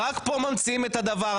רק פה ממציאים את הדבר הזה,